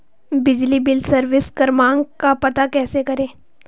बिजली bill service क्रमांक का पता कैसे करें?